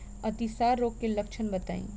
अतिसार रोग के लक्षण बताई?